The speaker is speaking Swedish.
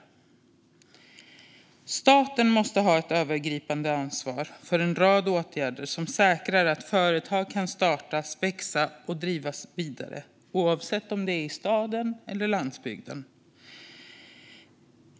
Staten måste ha ett övergripande ansvar för en rad åtgärder som säkrar att företag kan startas, växa och drivas vidare, oavsett om det är i staden eller på landsbygden.